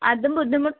അത് ബുദ്ധിമുട്ട്